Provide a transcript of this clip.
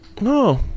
No